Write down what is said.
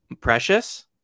Precious